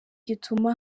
gituma